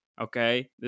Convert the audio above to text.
okay